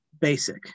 basic